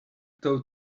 tow